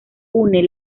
une